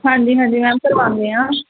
ਹਾਂਜੀ ਹਾਂਜੀ ਮੈਮ ਕਰਵਾਉਦੇ ਆ